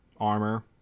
armor